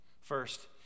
First